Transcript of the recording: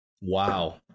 Wow